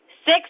Six